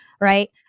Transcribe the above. right